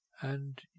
And